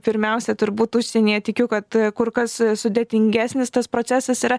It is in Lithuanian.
pirmiausia turbūt užsienyje tikiu kad kur kas sudėtingesnis tas procesas yra